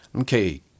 Okay